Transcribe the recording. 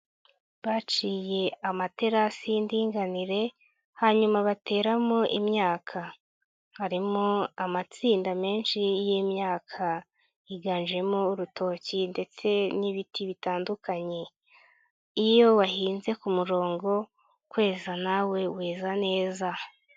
Baciye amaterasi y'indinganire hanyuma bateramo imyaka. Harimo amatsinda menshi y'imyaka, higanjemo urutoki ndetse n'ibiti bitandukanye. Iyo wahinze ku murongo kweza nawe weza neza.